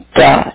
God